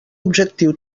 objectiu